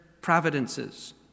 providences